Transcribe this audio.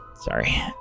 Sorry